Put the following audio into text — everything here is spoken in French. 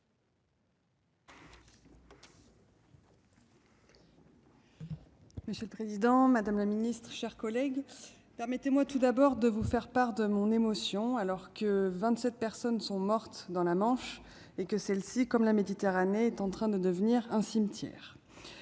Monsieur le président, madame la ministre, mes chers collègues, permettez-moi tout d'abord de vous faire part de mon émotion, alors que vingt-sept personnes sont mortes dans la Manche, et que cette mer, comme la Méditerranée, est en train de devenir un cimetière.